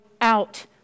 out